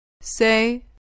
Say